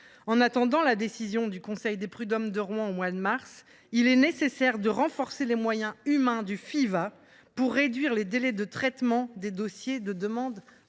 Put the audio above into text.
En attendant la décision du conseil des prud’hommes de Rouen prévue au mois de mars prochain, il est nécessaire de renforcer les moyens humains du Fiva, afin de réduire les délais de traitement des dossiers de demande